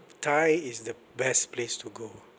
thai is the best place to go